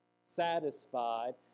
satisfied